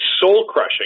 soul-crushing